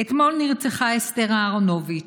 אתמול נרצחה אסתר אהרונוביץ',